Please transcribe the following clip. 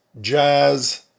jazz